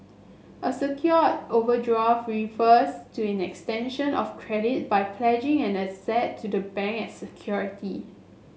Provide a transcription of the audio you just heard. a secured overdraft refers to an extension of credit by pledging an asset to the bank as security